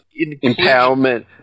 empowerment